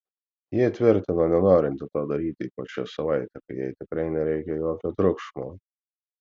ji tvirtino nenorinti to daryti ypač šią savaitę kai jai tikrai nereikia jokio triukšmo